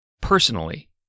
personally